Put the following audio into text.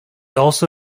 also